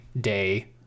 day